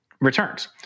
returns